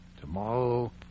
tomorrow